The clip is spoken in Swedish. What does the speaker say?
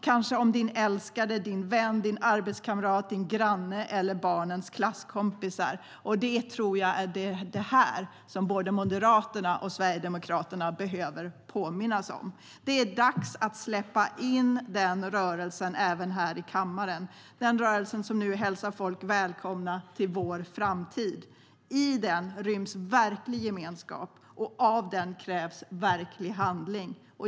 Kanske handlar det om din älskade, din vän, din arbetskamrat, din granne eller barnens klasskompisar. Jag tror att det är detta som både Moderaterna och Sverigedemokraterna behöver påminnas om. Det är dags att släppa in denna rörelse även här i kammaren - den rörelse som nu hälsar folk välkomna till vår framtid. I den ryms verklig gemenskap, och av den krävs verklig handling.